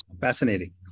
Fascinating